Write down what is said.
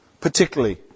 particularly